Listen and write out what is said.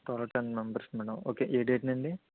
total ten members madam okay ఏ డేట్న అండి